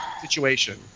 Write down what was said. situation